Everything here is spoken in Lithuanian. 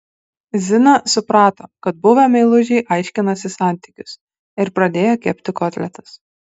zina suprato kad buvę meilužiai aiškinasi santykius ir pradėjo kepti kotletus